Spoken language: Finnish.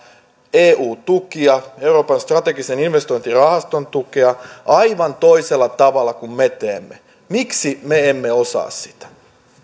eu tukia euroopan strategisten investointien rahaston tukea aivan toisella tavalla kuin me teemme miksi me emme osaa sitä